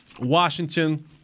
Washington –